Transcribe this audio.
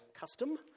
custom